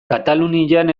katalunian